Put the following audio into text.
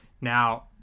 Now